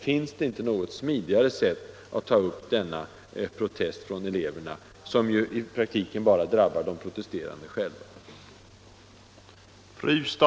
Finns det inte något smidigare sätt att möta denna protest från eleverna, som i praktiken bara drabbar de protesterande själva?